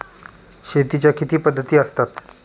शेतीच्या किती पद्धती असतात?